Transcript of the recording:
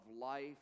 life